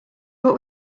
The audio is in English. what